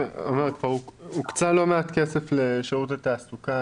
הוקצה לא מעט כסף לשירות התעסוקה,